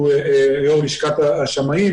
שהוא יושב-ראש לשכת השמאים,